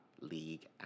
League